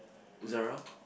Zara